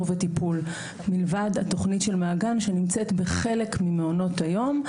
וטיפול מלבד התוכנית של מעג"ן שנמצאת בחלק ממעונות היום,